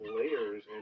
layers